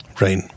Right